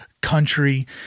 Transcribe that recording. country